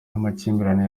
y’amakimbirane